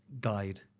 guide